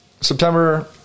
September